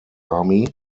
army